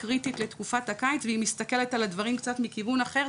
קריטית לתקופת הקיץ והיא מסתכלת על הדברים קצת מכיוון אחר,